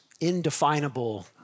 indefinable